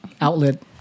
outlet